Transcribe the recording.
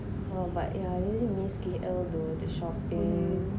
oh but yeah I really miss K_L !duh! the shopping